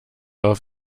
auf